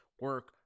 Work